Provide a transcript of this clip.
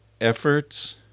efforts